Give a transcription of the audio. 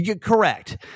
correct